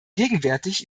gegenwärtig